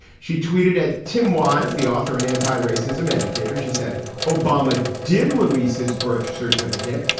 she tweeted at tim wise, the author, an anti-racism educator. she said obama did release his birth certificate.